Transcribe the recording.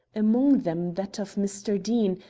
among them that of mr. deane,